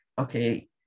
okay